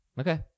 Okay